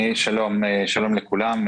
שלום לכולם.